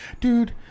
Dude